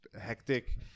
hectic